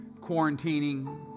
quarantining